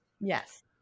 Yes